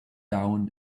down